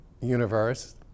universe